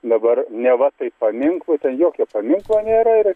dabar neva tai paminklu ten jokio paminklo nėra ir